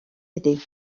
iddi